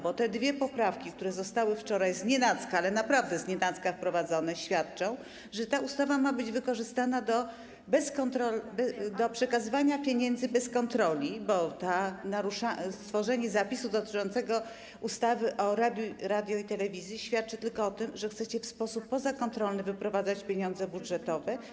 Bo te dwie poprawki, które zostały wczoraj znienacka - ale naprawdę znienacka - wprowadzone, świadczą o tym, że ta ustawa ma być wykorzystana do przekazywania pieniędzy bez kontroli, bo stworzenie zapisu dotyczącego ustawy o radiu i telewizji świadczy tylko o tym, że chcecie w sposób pozakontrolny wyprowadzać pieniądze budżetowe.